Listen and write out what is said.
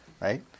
right